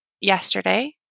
yesterday